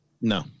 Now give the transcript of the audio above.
No